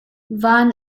van